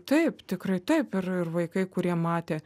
taip tikrai taip ir ir vaikai kurie matė